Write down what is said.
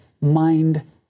mind